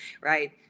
Right